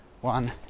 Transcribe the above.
one